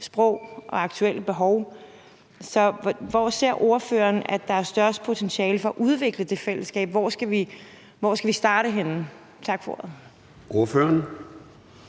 sprog og aktuelle behov. Så hvor ser ordføreren at der er størst potentiale for udvikling i det fællesskab? Hvor skal vi starte henne?